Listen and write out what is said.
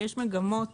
יש מגמות